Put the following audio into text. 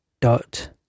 dot